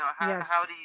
yes